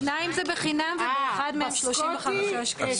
בשניים זה בחינם ובאחד מהם 35 שקלים.